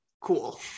Cool